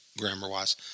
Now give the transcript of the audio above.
grammar-wise